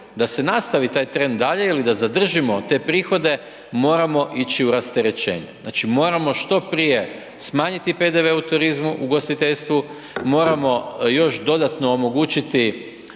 da se nastavi taj trend dalje ili da zadržimo te prihode, moramo ići u rasterećenje. Znači, moramo što prije smanjiti PDV u turizmu, u ugostiteljstvu, moramo još dodatno omogućiti